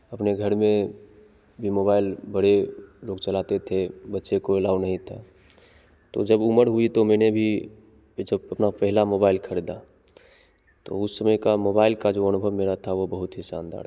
अपने घर में भी मोबाइल बड़े लोग चलाते थे बच्चे को अलाउ नहीं था तो जब उम्र हुई तो मैंने भी जब अपना पहला मोबाइल खरीदा तो उस समय का मोबाइल का जो अनुभव मेरा था वो बहुत ही शानदार था